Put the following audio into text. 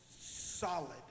solid